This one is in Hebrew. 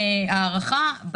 הערכה,